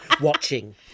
watching